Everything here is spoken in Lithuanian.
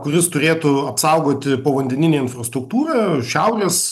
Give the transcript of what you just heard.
kuris turėtų apsaugoti povandeninę infrastruktūrą šiaurės